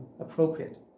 appropriate